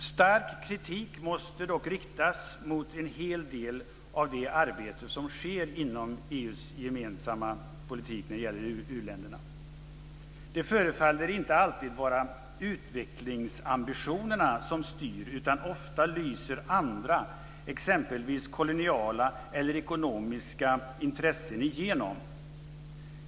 Stark kritik måste dock riktas mot en hel del av det arbete som sker inom EU:s gemensamma politik när det gäller u-länderna. Det förefaller inte alltid vara utvecklingsambitionerna som styr, utan ofta lyser andra, exempelvis koloniala eller ekonomiska, intressen igenom.